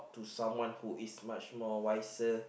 to someone who is much more wiser